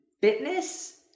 fitness